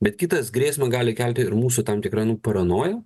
bet kitas grėsmę gali kelti ir mūsų tam tikra nu paranoja